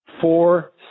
four